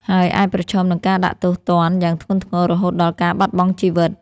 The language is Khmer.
ហើយអាចប្រឈមនឹងការដាក់ទោសទណ្ឌយ៉ាងធ្ងន់ធ្ងររហូតដល់ការបាត់បង់ជីវិត។